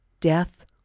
death